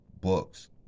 books